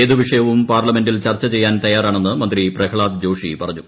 ഏതു വിഷയവും പാർലമെന്റിൽ ചർച്ച ചെയ്യാൻ തയ്യാറാണെന്ന് മന്ത്രി പ്രഹ്നാദ് ജോഷി പറഞ്ഞു